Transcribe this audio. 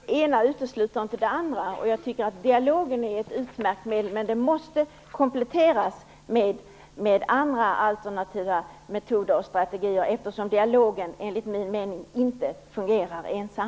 Fru talman! Jag menar att det ena inte utesluter det andra. Dialogen är ett utmärkt medel, men det måste kompletteras med andra, alternativa metoder och strategier eftersom dialogen enligt min mening inte fungerar ensam.